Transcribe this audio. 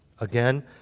Again